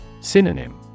Synonym